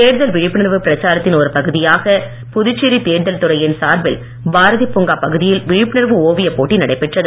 தேர்தல் விழிப்புணர்வு பிரச்சாரத்தின் ஒருபகுதியாக புதுச்சேரி தேர்தல் துறையின் சார்பில் பாரதி பூங்கா பகுதியில் விழிப்புணர்வு ஓவியப் போட்டி நடைபெற்றது